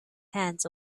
hands